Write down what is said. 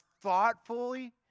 thoughtfully